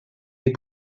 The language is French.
les